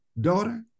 Daughter